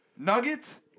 Nuggets